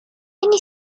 anni